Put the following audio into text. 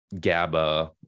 GABA